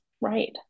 Right